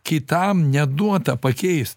kitam neduota pakeist